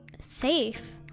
safe